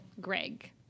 Greg